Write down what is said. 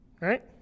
right